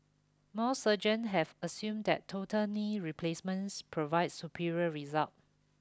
most surgeon have assumed that total knee replacements provides superior result